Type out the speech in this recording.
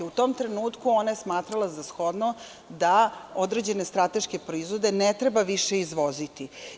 U tom trenutku ona je smatrala za shodno da određene strateške proizvode ne treba više izvoziti.